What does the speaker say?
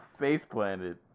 faceplanted